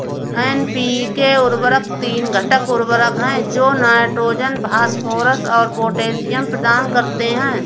NPK उर्वरक तीन घटक उर्वरक हैं जो नाइट्रोजन, फास्फोरस और पोटेशियम प्रदान करते हैं